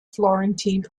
florentine